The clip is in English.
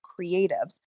creatives